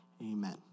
Amen